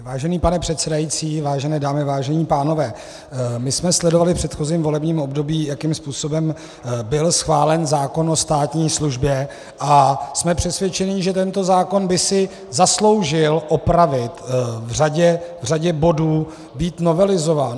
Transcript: Vážený pane předsedající, vážené dámy, vážení pánové, my jsme sledovali v předchozím volebním období, jakým způsobem byl schválen zákon o státní službě, a jsme přesvědčeni, že tento zákon by si zasloužil opravit, v řadě bodů být novelizován.